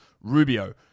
Rubio